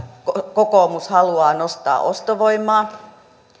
kokoomus haluaa nostaa ostovoimaa